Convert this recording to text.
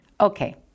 Okay